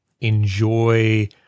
enjoy